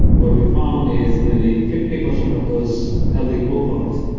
what we found is nearly fifty percent of those healthy cohorts,